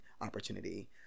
opportunity